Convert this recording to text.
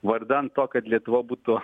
vardan to kad lietuva būtų